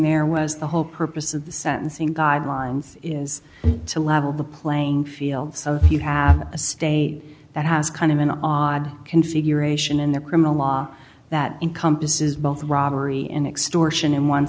there was the whole purpose of sentencing guidelines is to level the playing fields of you have a state that has kind of an odd configuration in the criminal law that encompasses both robbery and extortion in one